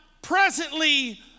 presently